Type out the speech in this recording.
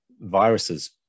viruses